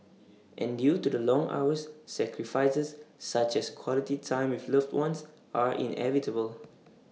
and due to the long hours sacrifices such as quality time with loved ones are inevitable